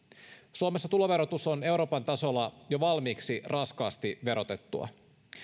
suomessa tuloverotus on euroopan tasolla jo valmiiksi raskaasti verotettua